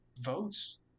votes